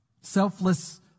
Selfless